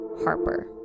Harper